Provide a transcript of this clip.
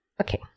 Okay